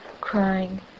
crying